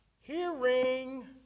hearing